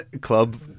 club